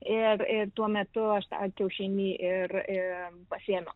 ir tuo metu aš tą kiaušinį ir ė pasiėmiau